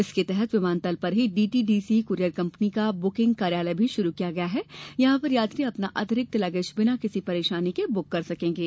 इसके तहत विमानतल पर ही डीटीडीसी कुरियर कंपनी का बुकिंग कार्यालय शुरू किया गया है जहाँ पर यात्री अपना अतिरिक्त लगेज बिना किसी परेशानी के बुक कर सकेंगे